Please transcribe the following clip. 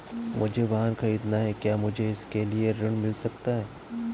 मुझे वाहन ख़रीदना है क्या मुझे इसके लिए ऋण मिल सकता है?